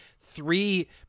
three